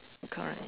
correct